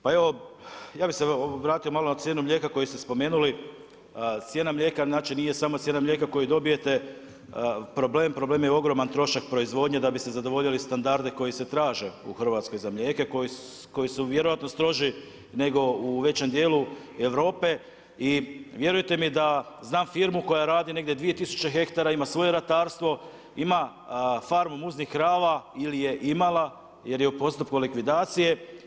Pa evo ja bi se vratio malo na cijenu mlijeka koju ste spomenuli, cijena mlijeka znači nije samo cijena mlijeka koju dobijete, problem je ogroman trošak proizvodnje da bi se zadovoljili standardi koji se traže u Hrvatskoj za mlijeka i koju vjerojatno stroži nego u većem djelu Europe i vjerujte mi da znam firmu koja radi negdje 2 tisuće hektara, ima svoje ratarstvo, ima farmu muznih krava ili je imala jer je u postupku likvidacije.